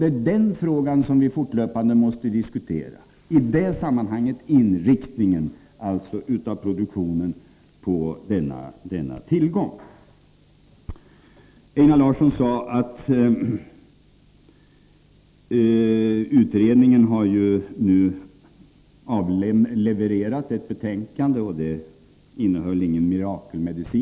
Det är den frågan som vi fortlöpande måste diskutera, liksom inriktningen av produktionen på denna tillgång. Einar Larsson sade att utredningen nu avlevererat ett betänkande och att det inte innehöll någon mirakelmedicin.